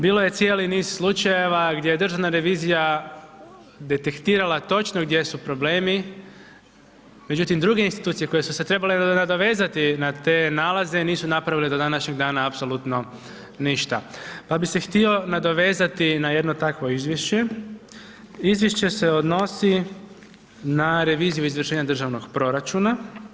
Bilo je cijeli niz slučajeva gdje je Državna revizija detektirala točno gdje su problemi, međutim, druge institucije koje su se trebale nadovezati na te nalaze, nisu napravile do današnjeg dana apsolutno ništa, pa bi se htio nadovezati na jedno takvo izvješće, izvješće se odnosi na reviziju izvršenja državnog proračuna.